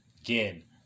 again